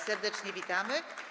Serdecznie witamy.